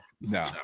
No